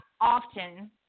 often